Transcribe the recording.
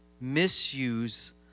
misuse